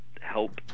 help